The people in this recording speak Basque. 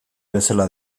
bezala